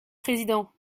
président